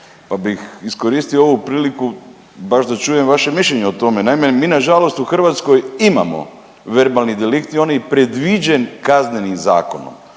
pa bih iskoristio ovu priliku baš da čujem vaše mišljenje o tome. Naime, mi nažalost u Hrvatskoj imamo verbalni delikt i on je predviđen Kaznenim zakonom